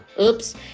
oops